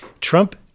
Trump